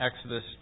Exodus